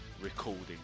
recording